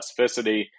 specificity